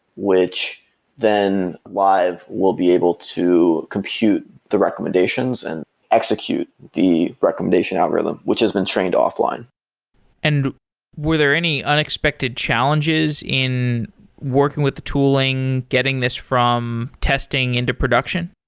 which then live will be able to compute the recommendations and execute the recommendation algorithm, which has been trained offline and were there any unexpected challenges in working with the tooling, getting this from testing into production?